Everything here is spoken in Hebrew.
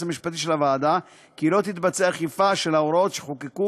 המשפטי של הוועדה כי לא תתבצע אכיפה של ההוראות שחוקקו